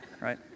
right